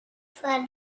for